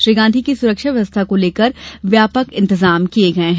श्री गांधी की सुरक्षा व्यवस्था को लेकर व्यापक इंतजाम किये गये हैं